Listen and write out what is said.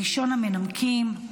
ראשון המנמקים,